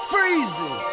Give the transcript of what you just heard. Freezing